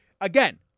Again